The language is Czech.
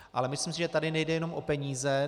Ale myslím si, že tady nejde jenom o peníze.